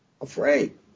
Afraid